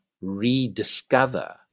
rediscover